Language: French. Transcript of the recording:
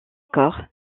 corps